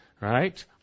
Right